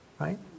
Right